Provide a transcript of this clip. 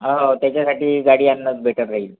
हो हो त्याच्यासाठी गाडी आणणंच बेटर राहील